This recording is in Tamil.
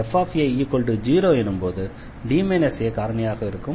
fa0 எனும்போது D a காரணியாக இருக்கும்